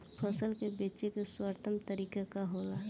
फसल के बेचे के सर्वोत्तम तरीका का होला?